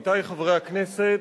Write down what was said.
עמיתי חברי הכנסת,